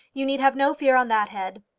you need have no fear on that head.